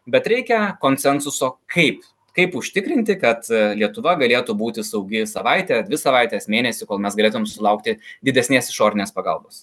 bet reikia konsensuso kaip kaip užtikrinti kad lietuva galėtų būti saugi savaitę ar dvi savaites mėnesį kol mes galėtumėm sulaukti didesnės išorinės pagalbos